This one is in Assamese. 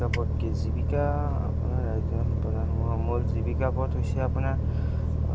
জীৱিকা পথ কি জীৱিকা আপোনাৰ ৰাজ জীৱিকা পথ হৈছে আপোনাৰ